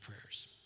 prayers